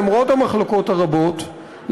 למרות המחלוקות הרבות,